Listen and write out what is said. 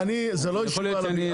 זה לא ישיבה על הבנקים.